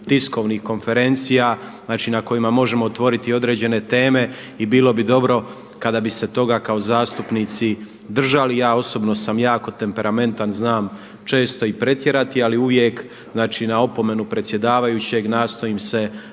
tiskovnih konferencija znači na kojima možemo otvoriti određene teme i bilo bi dobro kada bi se toga kao zastupnici držali. Ja osobno sam jako temperamentan, znam često i pretjerati ali uvijek znači na opomenu predsjedavajućeg nastojim se